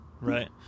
Right